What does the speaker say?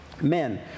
Men